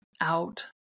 out